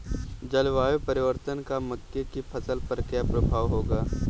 जलवायु परिवर्तन का मक्के की फसल पर क्या प्रभाव होगा?